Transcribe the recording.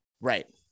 Right